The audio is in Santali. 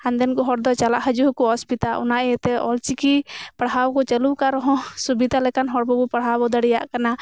ᱦᱟᱱᱛᱮᱱ ᱠᱚ ᱦᱚᱲ ᱫᱚ ᱪᱟᱞᱟᱜ ᱦᱤᱡᱩᱜ ᱦᱚᱸᱠᱚ ᱚᱥᱵᱤᱛᱟᱜᱼᱟ ᱚᱱᱟ ᱤᱭᱟᱹᱛᱮ ᱚᱞ ᱪᱤᱠᱤ ᱯᱟᱲᱦᱟᱣ ᱠᱚ ᱪᱟᱞᱩᱣᱟᱠᱟᱫ ᱨᱮᱦᱚᱸ ᱥᱩᱵᱤᱛᱟ ᱞᱮᱠᱟᱱ ᱦᱚᱲ ᱵᱟᱵᱚ ᱯᱟᱲᱦᱟᱣ ᱫᱟᱲᱮᱭᱟᱜ ᱠᱟᱱᱟ